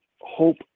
hope